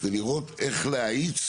זה לראות איך להאיץ